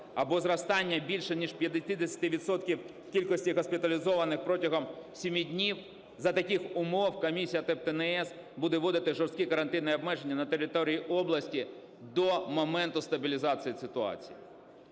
або зростання більше ніж на 50 відсотків кількості госпіталізованих протягом 7 днів, за таких умов комісія ТЕБ та НС буде вводити жорсткі карантинні обмеження на території області до моменту стабілізації ситуації.